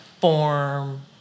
form